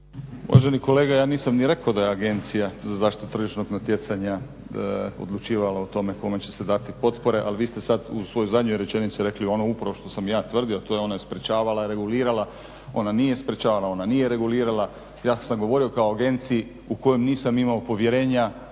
Uvaženi kolega, ja nisam ni rekao da je Agencija za zaštitu tržišnog natjecanja odlučivala o tome kome će se dati potpore, ali vi ste sada u svojoj zadnjoj rečenici rekli ono upravo što sam ja tvrdio, to je ona sprečavala, regulirala, ona nije sprečavala, ona nije regulirala, ja sam govorio kao o Agenciji u koju nisam imao povjerenja